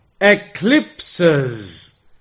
eclipses